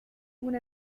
when